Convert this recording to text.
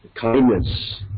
kindness